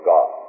God